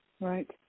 Right